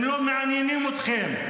הם לא מעניינים אתכם.